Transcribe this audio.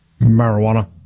Marijuana